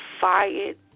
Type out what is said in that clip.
fired